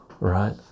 right